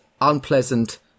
unpleasant